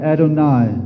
Adonai